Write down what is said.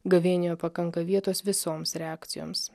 gavėnioje pakanka vietos visoms reakcijoms